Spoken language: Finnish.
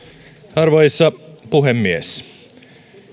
arvoisa puhemies